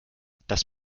das